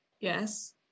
Yes